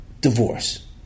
divorce